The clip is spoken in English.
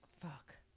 fuck